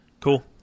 cool